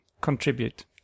contribute